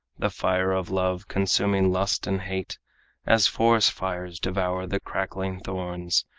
the fire of love, consuming lust and hate as forest fires devour the crackling thorns,